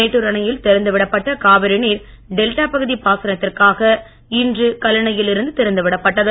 மேட்டூர் அணையில் திறந்து விடப்பட்ட காவிரி நீர் டெல்டா பகுதி பாசனத்திற்காக இன்று கல்லணையில் இருந்து திறந்து விடப்பட்டது